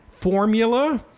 formula